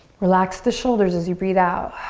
relax the shoulders as you breath out.